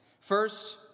First